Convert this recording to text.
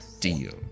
deal